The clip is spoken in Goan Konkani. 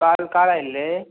काल काल आयल्ले आ